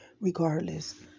regardless